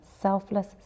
selfless